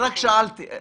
שאלתי.